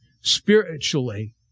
spiritually